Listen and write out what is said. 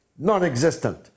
Non-existent